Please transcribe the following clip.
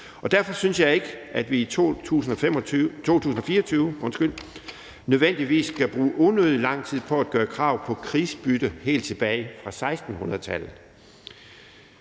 Derfor synes jeg ikke, at vi i 2024 nødvendigvis skal bruge unødig lang tid på at gøre krav på krigsbytte helt tilbage fra 1600-tallet.